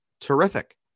terrific